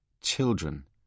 Children